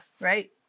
right